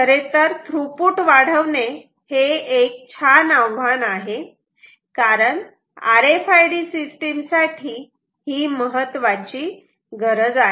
खरेतर थ्रुपुट वाढवणे हे एक छान आव्हान आहे कारण R F I D system साठी ही महत्त्वाची गरज आहे